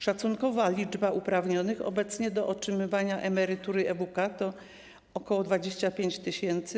Szacunkowa liczba uprawnionych obecnie do otrzymywania emerytury EWK to ok. 25 tys.